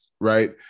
right